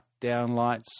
downlights